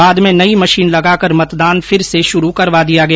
बाद में नई मशीन लगाकर मतदान फिर से शुरू करवा दिया गया